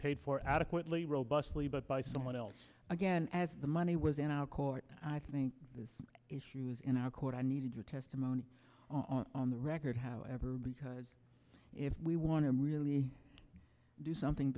paid for adequately robustly but by someone else again as the money was in our court i think this issue is in our court i needed your testimony on the record however because if we want to really do something